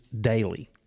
daily